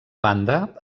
banda